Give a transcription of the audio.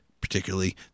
particularly